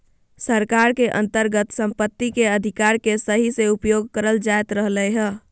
सरकार के अन्तर्गत सम्पत्ति के अधिकार के सही से उपयोग करल जायत रहलय हें